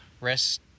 Rest